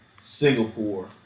Singapore